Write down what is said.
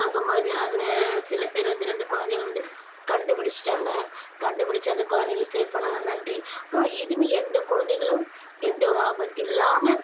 அசம்பாவிதம் அதில் சிலப்பேர் வந்து ரெண்டு குழந்தைங்களை வந்து கண்டுபிடிச்சிட்டாங்க கண்டுபிடித்து அந்த குழந்தைகள சேஃப் பண்ணாங்க நன்றி அப்புறம் இதுவுமே எந்த குழந்தைகளும் எந்தவொரு ஆபத்தில்லாமல்